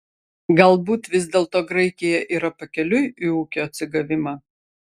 galbūt vis dėlto graikija yra pakeliui į ūkio atsigavimą